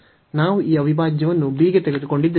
ನಾವು ಈ ಅವಿಭಾಜ್ಯವನ್ನು b ಗೆ ತೆಗೆದುಕೊಂಡಿದ್ದೇವೆ